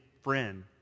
friend